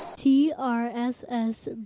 T-R-S-S